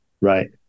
Right